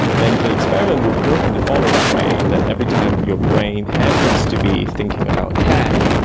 then the experiment will work in the following way, that every time your brain happens to be thinking about a cat,